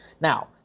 Now